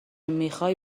میخای